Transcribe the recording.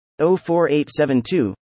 04872